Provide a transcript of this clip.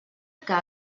que